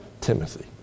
Timothy